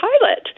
Pilot